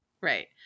right